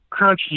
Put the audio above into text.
crunchy